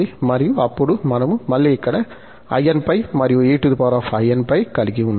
మరియు అప్పుడు మనము మళ్ళీ ఇక్కడ inπ మరియు einπ కలిగి ఉన్నాము